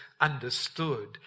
understood